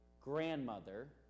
grandmother